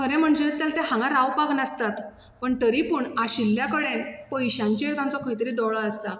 खरें म्हणचे तेल ते हांगां रावपाक नासतात पण तरी पूण आशिल्ल्या कडेन पयशांचेर तांचो खंय तरी दोळो आसता